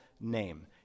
name